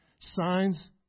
Signs